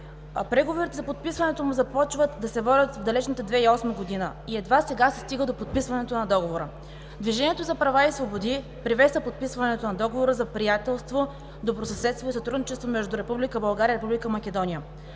Преговорите за подписването му започват да се водят в далечната 2008 г. и едва сега се стига до подписването на Договора. „Движението за права и свободи“ приветства подписването на Договора за приятелство, добросъседство и сътрудничество между Република България